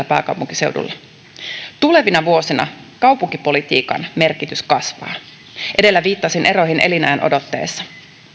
pääkaupunkiseudulla tulevina vuosina kaupunkipolitiikan merkitys kasvaa edellä viittasin eroihin elinajan odotteessa